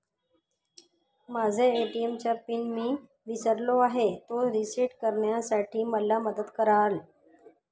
माझ्या ए.टी.एम चा पिन मी विसरलो आहे, तो रिसेट करण्यासाठी मला मदत कराल?